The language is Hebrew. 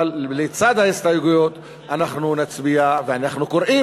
אבל לצד ההסתייגויות אנחנו נצביע ואנחנו קוראים